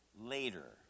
later